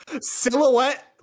silhouette